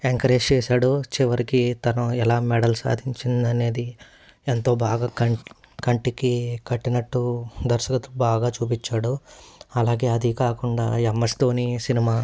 encourage చేసాడో చివరికి తను ఎలా మెడల్ సాధించింది అనేది ఎంతో బాగా కన్ కంటికి కట్టినట్టు దర్శకుడు బాగా చూపించాడు అలాగే అది కాకుండా ఎమ్ఎస్ ధోనీ సినిమా